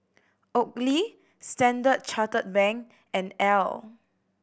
Oakley Standard Chartered Bank and Elle